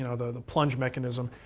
and the plunge mechanism,